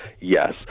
Yes